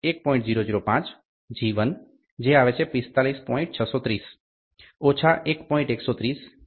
005 G1 45